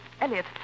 Elliot